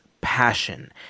passion